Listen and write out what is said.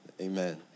amen